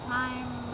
time